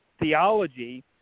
theology